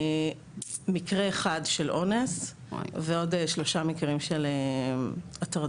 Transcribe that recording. מקרה אחד של אונס ועוד שלושה מקרים של הטרדות.